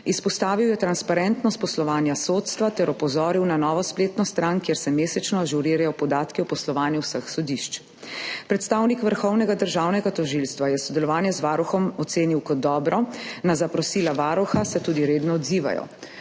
Izpostavil je transparentnost poslovanja sodstva ter opozoril na novo spletno stran, kjer se mesečno ažurirajo podatki o poslovanju vseh sodišč. Predstavnik Vrhovnega državnega tožilstva je sodelovanje z Varuhom ocenil kot dobro, na zaprosila Varuha se tudi redno odzivajo.